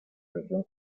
región